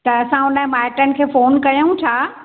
त असां हुनजे माइटनि खे फ़ोन कयूं छा